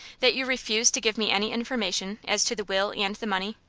that you refuse to give me any information as to the will and the money?